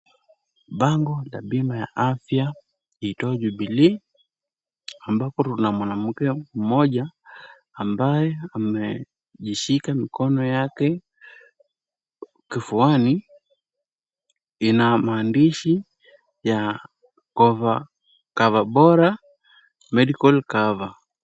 Bango la bima ya afya iitwayo Jubilee, ambapo kuna mwanamke mmoja ambaye amejishika mikono yake kifuani. Ina maandishi ya CoverBora medical cover .